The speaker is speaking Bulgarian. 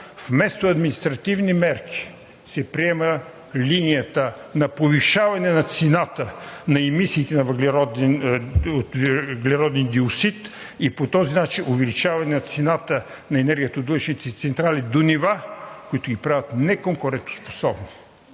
вместо административни мерки се приема линията на повишаване на цената на емисиите на въглероден диоксид и по този начин увеличаване на цената на енергията от въглищните централи до нива, които ги правят неконкурентоспособни.